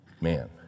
man